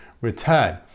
return